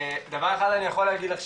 דבר אחד אני יכול להגיד לך,